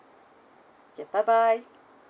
ya bye bye